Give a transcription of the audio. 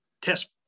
test